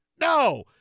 No